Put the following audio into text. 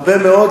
הרבה מאוד,